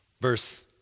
Verse